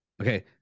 Okay